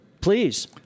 Please